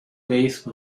base